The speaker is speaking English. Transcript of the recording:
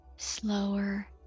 slower